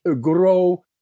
grow